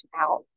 out